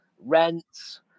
rents